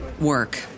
work